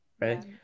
right